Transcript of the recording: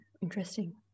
interesting